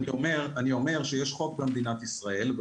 אני אומר שיש חוק במדינת ישראל.